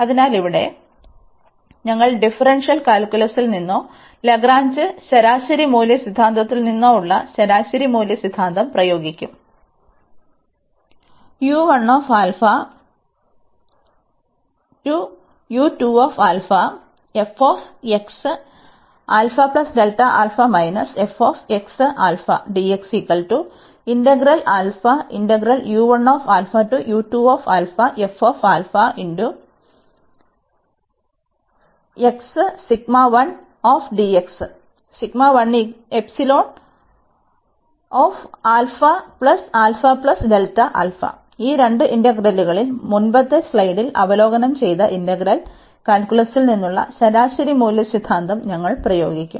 അതിനാൽ ഇവിടെ ഞങ്ങൾ ഡിഫറൻഷ്യൽ കാൽക്കുലസിൽ നിന്നോ ലഗ്രാഞ്ച് ശരാശരി മൂല്യ സിദ്ധാന്തത്തിൽ നിന്നോ ഉള്ള ശരാശരി മൂല്യ സിദ്ധാന്തം പ്രയോഗിക്കും ഈ രണ്ട് ഇന്റഗ്രലുകളിൽ മുമ്പത്തെ സ്ലൈഡിൽ അവലോകനം ചെയ്ത ഇന്റഗ്രൽ കാൽക്കുലസിൽ നിന്നുള്ള ശരാശരി മൂല്യ സിദ്ധാന്തം ഞങ്ങൾ പ്രയോഗിക്കും